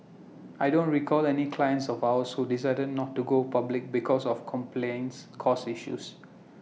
I don't recall any clients of ours who decided not to go public because of compliance costs issues